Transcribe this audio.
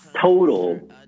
total